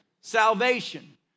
Salvation